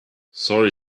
sorry